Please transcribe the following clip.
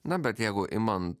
na bet jeigu imant